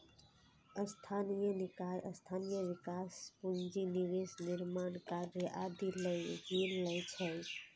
स्थानीय निकाय स्थानीय विकास, पूंजी निवेश, निर्माण कार्य आदि लए ऋण लै छै